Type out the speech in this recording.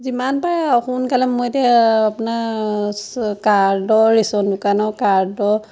যিমান পাৰে সোনকালে মোৰ এতিয়া আপোনাৰ চ কাৰ্ডৰ ৰেচন দোকানৰ কাৰ্ডৰ